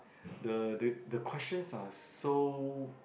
the the the questions are so